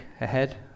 ahead